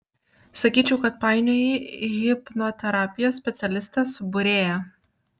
sakyčiau kad painioji hipnoterapijos specialistę su būrėja